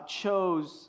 chose